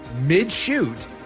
mid-shoot